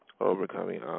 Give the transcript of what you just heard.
overcoming